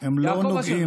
יעקב אשר,